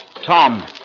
Tom